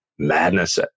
Madness